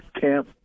camp